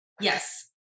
Yes